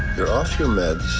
you're off your meds.